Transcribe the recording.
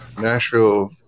Nashville